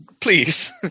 Please